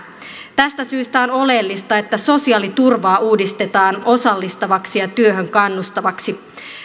tästä syystä on oleellista että sosiaaliturvaa uudistetaan osallistavaksi ja työhön kannustavaksi